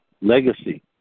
legacy